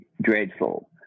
dreadful